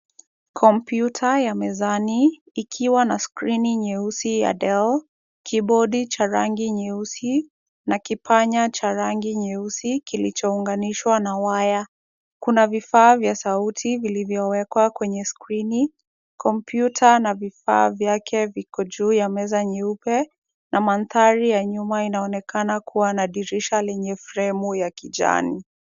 Kompyuta ya mezani ikiwa na skrini nyeusi ya Dell, Kiibodi ya rangi nyeusi, na kipanya cha rangi nyeusi kilichounganishwa na waya. Kuna vifaa vya sauti vilivyowekwa kwenye skrini. Kompyuta na vifaa vyake viko juu ya meza nyeupe na mandhari ya nyumba kunaonekana kuna dirisha yenye fremu ya rangi ya kijani.